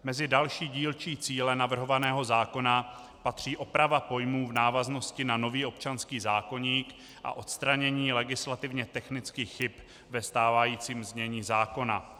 Mezi další dílčí cíle navrhovaného zákona patří oprava pojmů v návaznosti na nový občanských zákoník a odstranění legislativně technických chyb ve stávajícím znění zákona.